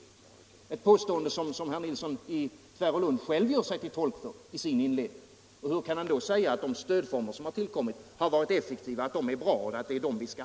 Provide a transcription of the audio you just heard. — ett påstående som herr Nilsson i Tvärålund själv gör sig till tolk för i sin inledning. Hur kan han då säga att de stödformer som har tillkommit har varit effektiva eller att de är bra och att det är dem vi skall ha?